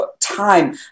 time